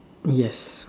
yes